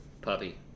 puppy